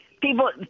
people